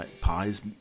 pies